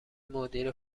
مدیر